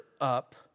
up